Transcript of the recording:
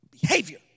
behavior